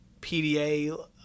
PDA